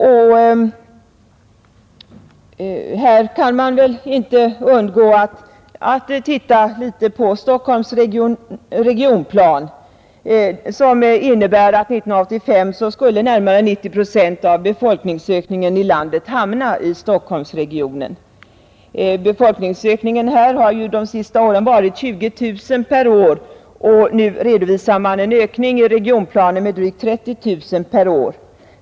I detta sammanhang kan man väl inte undgå att titta litet på Stockholmsregionens regionplan, som innebär att 1985 skulle närmare 90 procent av befolkningsökningen i landet hamna i Stockholmsregionen. Befolkningsökningen här har ju de senaste åren varit 20 000 per år, nu redovisar man en ökning i regionplanen med drygt 30 000 per år.